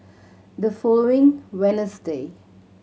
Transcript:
the following Wednesday